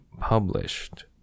published